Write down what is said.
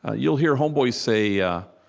ah you'll hear homeboys say, yeah